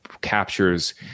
captures